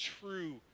true